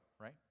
right